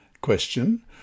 Question